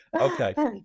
okay